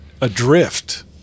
adrift